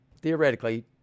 theoretically